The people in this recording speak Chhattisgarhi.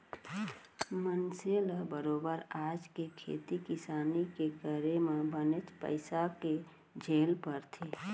मनसे ल बरोबर आज के खेती किसानी के करे म बनेच पइसा के झेल परथे